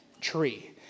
tree